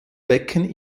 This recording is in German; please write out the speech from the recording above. becken